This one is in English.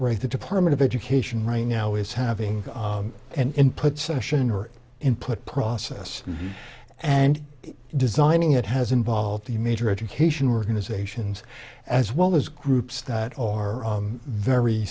right the department of education right now is having and put session or input process and designing it has involved the major education organizations as well those groups that are very